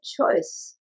choice